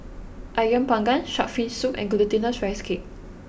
Ayam Panggang Shark's Fin Soup and Glutinous Rice Cake